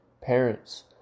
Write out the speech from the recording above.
parents